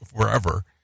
forever